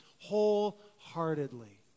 wholeheartedly